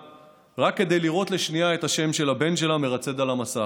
רק כדי לראות לשנייה את השם של הבן שלה מרצד על המסך.